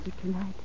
tonight